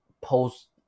post